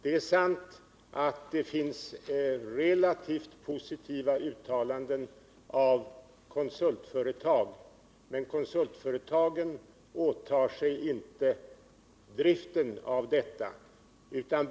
Det är sant att det finns relativt positiva uttalanden av konsultföretag, men dessa företag åtar sig inte driften av den aktuella anläggningen.